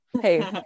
Hey